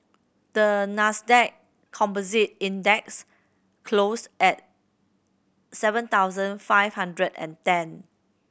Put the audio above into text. the Nasdaq Composite Index closed at seven thousand five hundred and ten